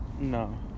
No